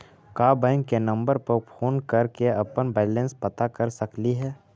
का बैंक के नंबर पर फोन कर के अपन बैलेंस पता कर सकली हे?